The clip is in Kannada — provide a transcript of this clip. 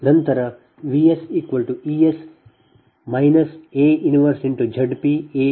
ನಂತರ VsEs A 1ZpA Is ಇದು ಸಮೀಕರಣ 50